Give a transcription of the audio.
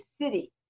city